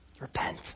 Repent